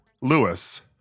Lewis